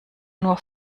nur